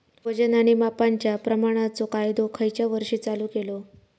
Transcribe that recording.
वजन आणि मापांच्या प्रमाणाचो कायदो खयच्या वर्षी चालू केलो?